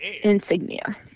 insignia